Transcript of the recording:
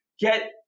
get